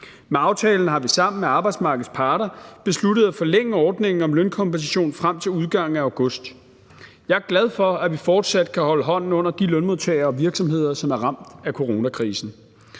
Med aftalen har vi sammen med arbejdsmarkedets parter besluttet at forlænge ordningen om lønkompensation frem til udgangen af august. Jeg er glad for, at vi fortsat kan holde hånden under de lønmodtagere og virksomheder, som er ramt af coronakrisen.